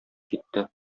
китте